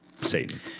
Satan